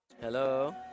hello